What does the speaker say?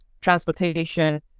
transportation